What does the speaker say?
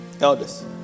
Elders